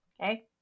okay